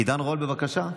עידן רול, בבקשה.